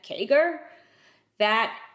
Kager—that